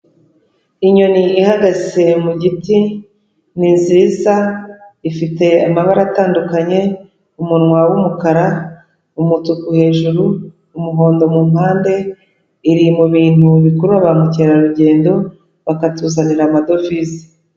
Inyoni ihagaze mu giti, ni nziza, ifite amabara atandukanye, umunwa w'umukara, umutuku hejuru, umuhondo mu mpande, iri mu bintu bikurura ba mukerarugendo bakatuzanira amadovize.